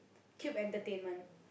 Cube Entertainment